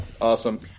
awesome